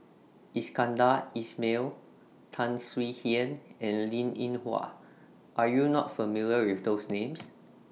Iskandar Ismail Tan Swie Hian and Linn in Hua Are YOU not familiar with those Names